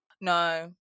No